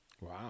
Wow